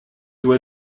doit